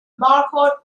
barcode